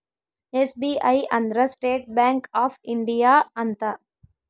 SBI ಅಂದ್ರ state bank of India ಅಂತ